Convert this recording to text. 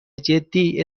جدی